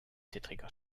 zittriger